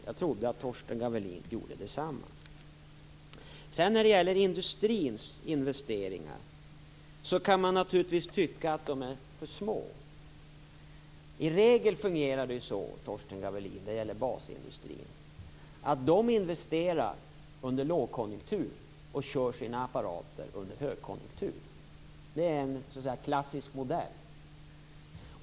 Jag trodde att Torsten Gavelin gjorde detsamma. När det gäller industrins investeringar kan man naturligtvis tycka att de är för små. I regel fungerar det så när det gäller basindustrin, Torsten Gavelin, att den investerar under lågkonjunktur och kör sina apparater under högkonjunktur. Det är en klassisk modell.